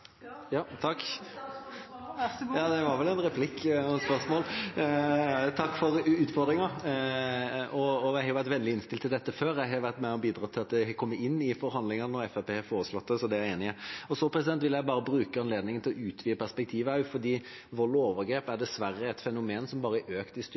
for utfordringen. Jeg har vært vennlig innstilt til dette før, og jeg har vært med og bidratt til at dette kommer inn i forhandlingene når Fremskrittspartiet har foreslått det, så det er jeg enig i. Så vil jeg bare bruke anledningen til også å utvide perspektivet, for vold og overgrep er dessverre fenomener som bare har økt i